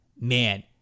man